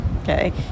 Okay